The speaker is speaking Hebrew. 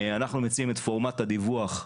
אנחנו מציעים את פורמט הדיווח,